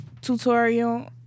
Tutorial